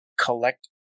collect